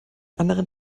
anderen